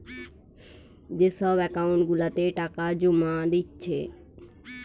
যে সব একাউন্ট গুলাতে টাকা জোমা দিচ্ছে